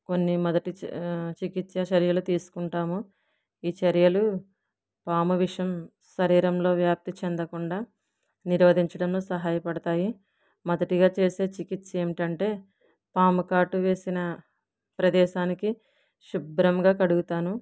కొన్ని మొదటి చి చికిత్సా చర్యలు తీసుకుంటాము ఈ చర్యలు పాము విషం శరీరంలో వ్యాప్తి చెందకుండా నిరోధించడంలో సహాయపడతాయి మొదటిగా చేసే చికిత్స ఏమిటంటే పాము కాటు వేసిన ప్రదేశానికి శుభ్రంగా కడుగుతాను